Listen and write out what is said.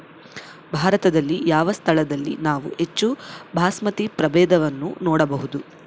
ಭಾರತದಲ್ಲಿ ಯಾವ ಸ್ಥಳದಲ್ಲಿ ನಾವು ಹೆಚ್ಚು ಬಾಸ್ಮತಿ ಪ್ರಭೇದವನ್ನು ನೋಡಬಹುದು?